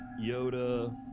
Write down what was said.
Yoda